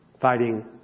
fighting